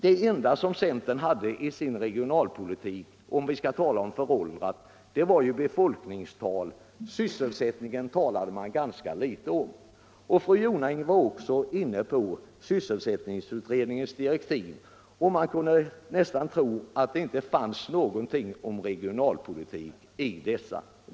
Det enda som centern hade i sin regionalpolitik — om vi nu skall tala om föråldrade ting — var befolkningstal. Sysselsättningen talade man ganska litet om. Fru Jonäng var också inne på sysselsättningsutredningens direktiv. Man kunde nästan tro att det inte finns någonting om regionalpolitik i dessa.